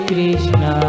Krishna